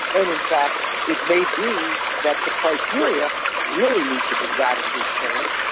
and in fact it may be that the criteria really need to be radically changed.